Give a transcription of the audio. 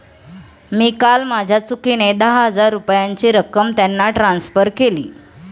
मी काल माझ्या चुकीने दहा हजार रुपयांची रक्कम त्यांना ट्रान्सफर केली